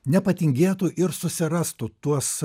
nepatingėtų ir susirastų tuos